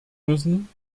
müssen